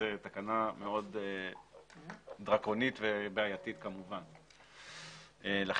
זו תקנה מאוד דרקונית וכמובן בעייתית.